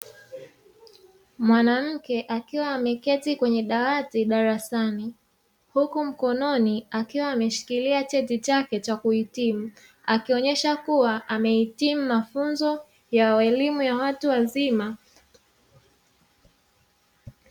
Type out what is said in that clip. Mwanamke akiwa ameketi kwenye dawati darasani huku mkononi akiwa ameshikilia cheti chake cha kuhitimu, akionyesha kuwa amehitimu mafunzo ya elimu ya watu wazima.